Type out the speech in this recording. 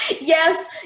Yes